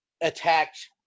attacked